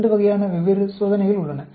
இரண்டு வெவ்வேறு வகையான சோதனைகள் உள்ளன